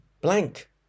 blank